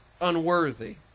unworthy